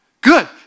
Good